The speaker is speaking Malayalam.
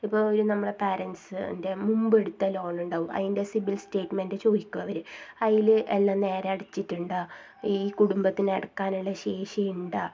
ഇപ്പോൾ ഒരു നമ്മുടെ പാരൻ്റ്സ്ൻ്റെ മുമ്പെടുത്ത ലോൺ ഉണ്ടാവും അതിൻ്റെ സിബിൽ സ്റ്റേറ്റ്മെൻ്റ് ചോദിക്കും അവർ അതിൽ എല്ലാം നേരെ അടച്ചിട്ടുണ്ടോ ഈ കുടുംബത്തിന് അടക്കാനുള്ള ശേഷി ഉണ്ടോ